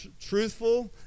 truthful